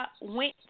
went